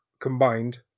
combined